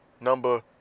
number